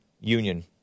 Union